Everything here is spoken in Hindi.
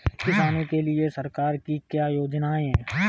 किसानों के लिए सरकार की क्या योजनाएं हैं?